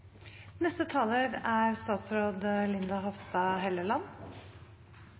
neste taler er